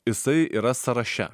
jisai yra sąraše